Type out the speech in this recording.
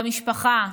במשפחה.